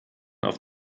auf